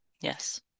yes